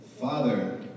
Father